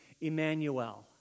Emmanuel